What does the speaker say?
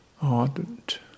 Ardent